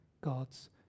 God's